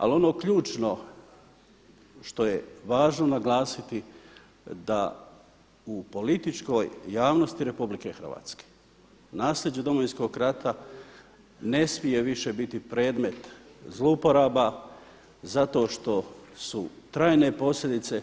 Ali ono ključno što je važno naglasiti da u političkoj javnosti Republike Hrvatske naslijeđe Domovinskog rata ne smije više biti predmet zlouporaba zato što su trajne posljedice